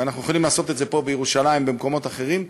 ואנחנו יכולים לעשות את זה פה בירושלים ובמקומות אחרים,